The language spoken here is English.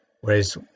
Whereas